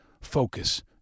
focus